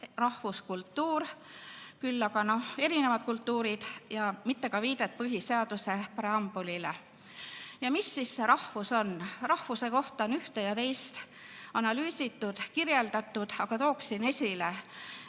"rahvuskultuur", küll aga "erinevad kultuurid", ja mitte ka viidet põhiseaduse preambulile. Ja mis see rahvus on? Rahvuse kohta on ühte ja teist öeldud, kirjeldatud, aga tooksin esile,